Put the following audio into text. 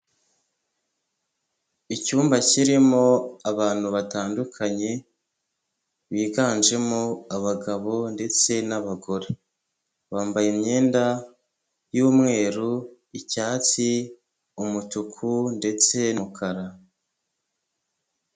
Icyumba kirimo abantu batandukanye biganjemo abagabo ndetse n'abagore, bambaye imyenda y'umweru, icyatsi, umutuku ndetse n'umukara.